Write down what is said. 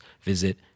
visit